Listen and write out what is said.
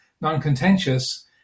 non-contentious